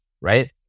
Right